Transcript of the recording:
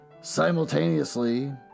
Simultaneously